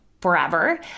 forever